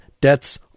debts